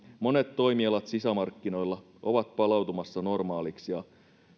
monet toimialat sisämarkkinoilla ovat palautumassa normaaleiksi ja